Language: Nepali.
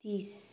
तिस